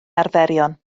arferion